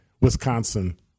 Wisconsin